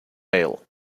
mail